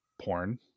porn